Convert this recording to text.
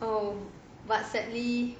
oh but sadly